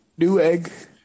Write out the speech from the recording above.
Newegg